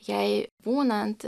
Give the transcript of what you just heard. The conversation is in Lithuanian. jai būnant